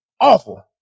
awful